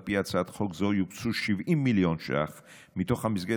על פי הצעת חוק זו יוקצו 70 מיליון שקל מתוך המסגרת